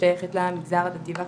שמשתייכת למגזר הדתי והחרדי.